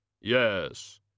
Yes